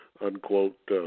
unquote